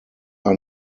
are